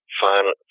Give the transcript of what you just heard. final